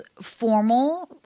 formal